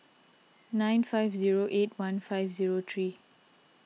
nine five zero eight one five zero three